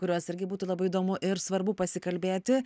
kuriuos irgi būtų labai įdomu ir svarbu pasikalbėti